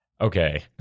Okay